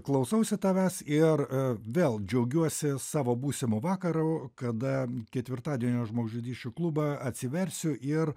klausausi tavęs ir vėl džiaugiuosi savo būsimo vakaro kada ketvirtadienio žmogžudysčių klubą atsiversiu ir